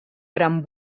gran